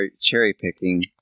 cherry-picking